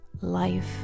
life